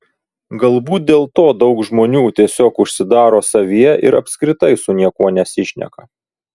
galbūt dėl to daug žmonių tiesiog užsidaro savyje ir apskritai su niekuo nesišneka